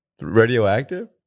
radioactive